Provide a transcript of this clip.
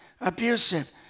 abusive